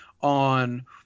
on